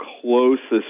closest